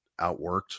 outworked